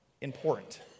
important